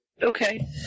Okay